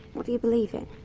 what do you believe in?